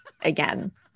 again